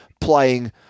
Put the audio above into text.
playing